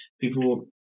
People